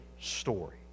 story